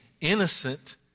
innocent